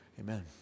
Amen